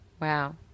Wow